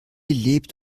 lebt